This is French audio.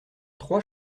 trois